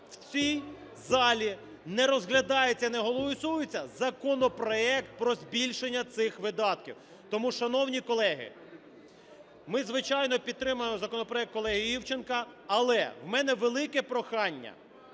в цій залі не розглядається і не голосується законопроект про збільшення цих видатків. Тому, шановні колеги, ми звичайно підтримаємо законопроект колеги Івченка. Але у мене велике прохання